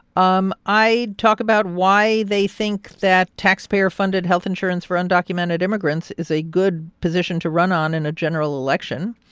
um i'd talk about why they think that taxpayer-funded health insurance for undocumented immigrants is a good position to run on in a general election,